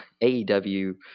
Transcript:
aew